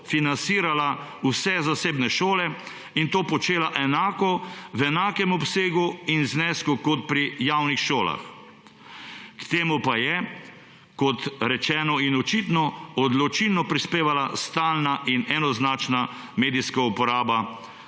financirala vse zasebne šole in to počela enako, v enakem obsegu in znesku, kot pri javnih šolah. K temu pa je, kot rečeno in očitno, odločilno prispevala stalna in enoznačna medijska uporaba